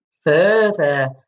further